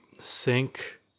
sink